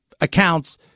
accounts